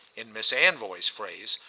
in miss anvoy's phrase,